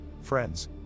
friends